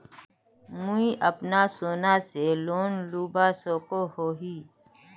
मुई अपना सोना से लोन लुबा सकोहो ही?